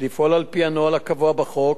לפעול על-פי הנוהל הקבוע בחוק,